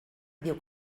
diu